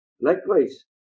likewise